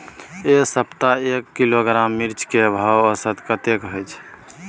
ऐ सप्ताह एक किलोग्राम मिर्चाय के भाव औसत कतेक होय छै?